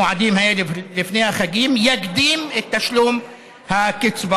המוסד לביטוח הלאומי יקדים את תשלום הקצבאות.